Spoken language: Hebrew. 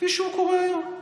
כפי שהוא קורה היום.